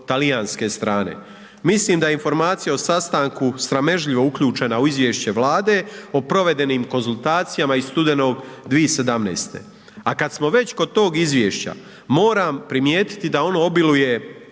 talijanske strane. Mislim da je informacija o sastanku sramežljivo uključena u izvješće Vlade o provedenim konzultacijama iz studenog 2017. A kad smo već kod tog izvješća, moram primijetiti da ono obiluje